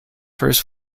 first